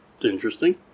Interesting